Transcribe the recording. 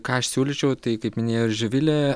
ką aš siūlyčiau tai kaip minėjo ir živilė